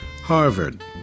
Harvard